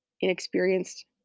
inexperienced